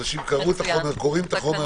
אנשים קראו את החומר, קוראים אותו.